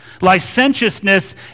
Licentiousness